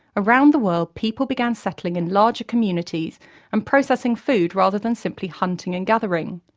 around the world, people began settling in larger communities and processing food rather than simply hunting and gathering.